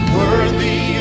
worthy